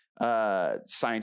Science